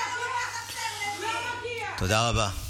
תודה רבה.